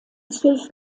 zwölf